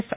yes